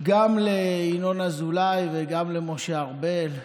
גם לינון אזולאי, גם למשה ארבל,